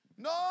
No